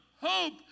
hope